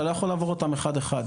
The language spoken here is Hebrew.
אתה לא יכול לעבור אותם אחד-אחד.